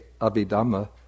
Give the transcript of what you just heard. Abhidhamma